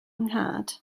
nhad